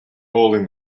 holding